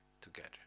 together